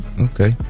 Okay